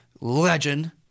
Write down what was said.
legend